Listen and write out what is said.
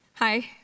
Hi